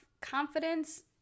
confidence